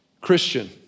Christian